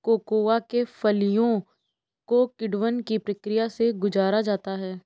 cocoa के फलियों को किण्वन की प्रक्रिया से गुजारा जाता है